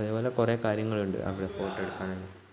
അതേപോലെ കുറേ കാര്യങ്ങളുണ്ട് അവിടെ ഫോട്ടോ എടുക്കാനായിട്ട്